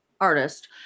artist